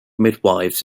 midwifes